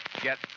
Get